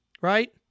right